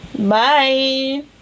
Bye